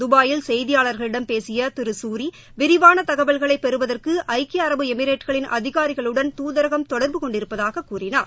துபாயில் செய்தியாளர்களிடம் பேசிய திரு சூரி விரிவான தகவல்களை பெறுவதற்கு ஐக்கிய அரபு எமிரேட்டுகளின் அதிகாரிகளுடன் தூதரகம் தொடர்பு கொண்டிருப்பதாக கூறினார்